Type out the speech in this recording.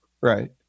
right